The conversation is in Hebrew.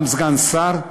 גם סגן שר,